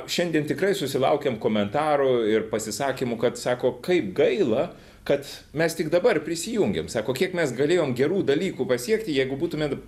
šiandien tikrai susilaukiam komentarų ir pasisakymų kad sako kaip gaila kad mes tik dabar prisijungėm sako kiek mes galėjom gerų dalykų pasiekti jeigu būtume